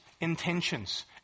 intentions